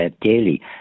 daily